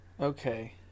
Okay